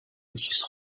his